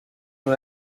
una